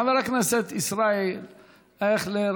חבר הכנסת ישראל אייכלר,